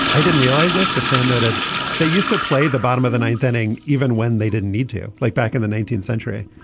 i didn't realize this but sam noted they used to play the bottom of the ninth inning even when they didn't need to play like back in the nineteenth century.